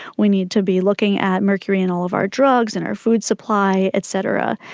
we need to be looking at mercury in all of our drugs and our food supply, et cetera.